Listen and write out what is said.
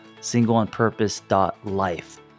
singleonpurpose.life